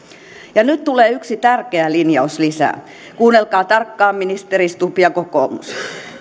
ja nyt tulee yksi tärkeä linjaus lisää kuunnelkaa tarkkaan ministeri stubb ja kokoomus